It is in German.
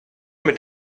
mit